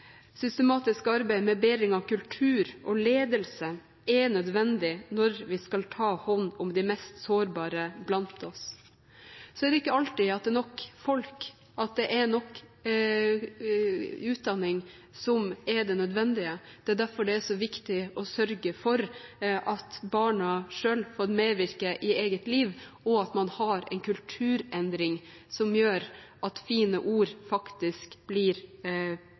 systematisk arbeid med bedring av kultur og ledelse er nødvendig når vi skal ta hånd om de mest sårbare blant oss. Så er det ikke alltid at det er nok folk og nok utdanning som er det som er nødvendig, og det er derfor det er så viktig å sørge for at barna selv får medvirke i eget liv, og at man har en kulturendring som gjør at fine ord faktisk blir